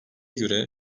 göre